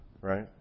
right